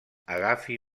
agafi